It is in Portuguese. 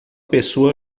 pessoa